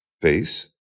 face